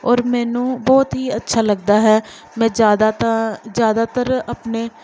ਔਰ ਮੈਨੂੰ ਬਹੁਤ ਹੀ ਅੱਛਾ ਲੱਗਦਾ ਹੈ ਮੈਂ ਜ਼ਿਆਦਾ ਤਾਂ ਜ਼ਿਆਦਾਤਰ ਆਪਣੇ